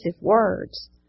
words